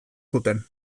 zuten